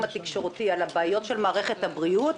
התקשורתי על הבעיות של מערכת הבריאות,